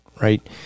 right